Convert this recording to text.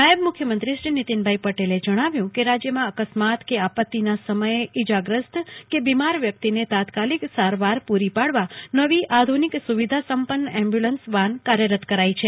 નાયબ મુખ્યમંત્રી શ્રી નીતિનભાઇ પટેલે જણાવ્યું કે રાજ્યમાં અકસ્માત કે આપત્તિના સમયે ઈજાગ્રસ્ત બિમાર વ્યક્તિને તાત્કાલીક સારવાર પૂરી પાડવા નવી આધુનિક સુવિધા સંપન્ન એમ્બયુલન્સ વાન કાર્યરત કરાઇ છે